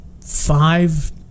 five